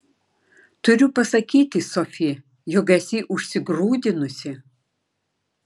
turiu pasakyti sofi jog esi užsigrūdinusi